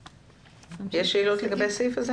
יש שאלות לגבי הסעיף?